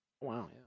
wow